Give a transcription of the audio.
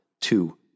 Two